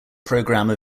programme